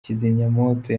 kizimyamoto